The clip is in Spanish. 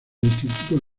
instituto